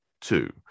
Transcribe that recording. two